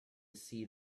see